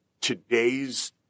today's